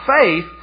faith